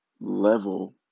level